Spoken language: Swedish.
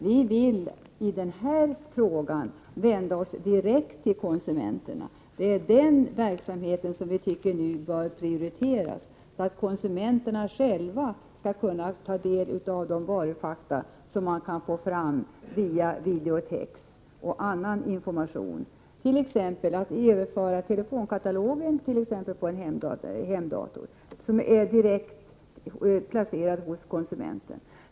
Vi vill i den här frågan vända oss direkt till konsumenterna. Det är den verksamheten som vi tycker nu bör prioriteras för att konsumenterna själva skall kunna ta del av de varufakta som man kan få fram via videotex och annan information, t.ex. genom att överföra telefonkatalogen på en hemdator som är direkt placerad hos konsumenten.